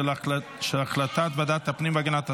של החלטת ועדת הפנים והגנת הסביבה.